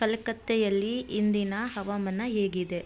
ಕಲ್ಕತ್ತೆಯಲ್ಲಿ ಇಂದಿನ ಹವಾಮಾನ ಹೇಗಿದೆ